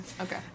okay